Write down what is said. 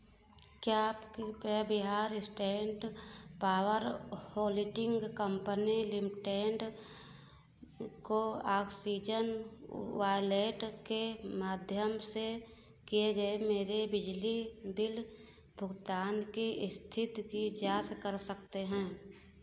क्या आप कृपया Bihar state power holding company limited को आक्सीजन वॉलेट के माध्यम से किए गए मेरे बिजली बिल भुगतान की स्थित की जाँच कर सकते हैं